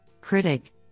critic